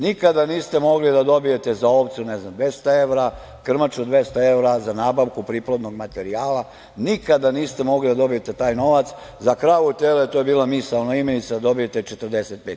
Nikada niste mogli da dobijete za ovcu, recimo, 200 evra, krmaču 200 evra, za nabavku priplodnog materijala, nikada niste mogli da dobijete taj novac, za kravu i tele to je bila misaona imenica da dobijete 45.000.